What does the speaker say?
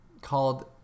called